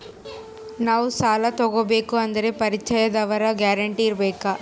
ನಾವು ಸಾಲ ತೋಗಬೇಕು ಅಂದರೆ ಪರಿಚಯದವರ ಗ್ಯಾರಂಟಿ ಬೇಕಾ?